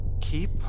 Keep